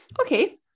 Okay